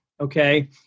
okay